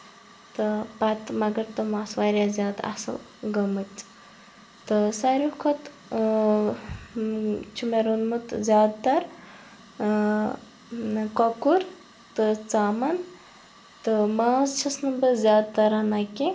تہٕ پَتہٕ مگر تِم آسہٕ واریاہ زیادٕ اَصٕل گٔمٕژ تہٕ ساروٕے کھۄتہٕ چھُ مےٚ روٚنمُت زیادٕ تَر کۄکُر تہٕ ژامَن تہٕ ماز چھَس نہٕ بہٕ زیادٕ تَر رَنان کینٛہہ